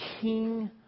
King